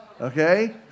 Okay